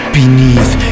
beneath